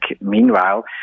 meanwhile